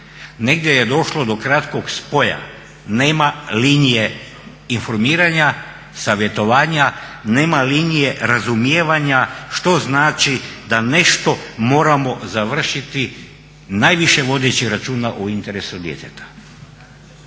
Negdje je došlo do kratkog spoja, nema linije informiranja, savjetovanja, nema linije razumijevanja što znači da nešto moramo završiti najviše vodeći računa o interesu djeteta.